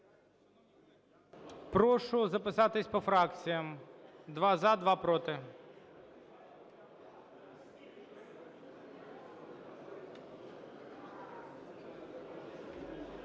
Прошу записатись по фракціям: два – за, два – проти.